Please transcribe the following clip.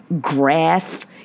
graph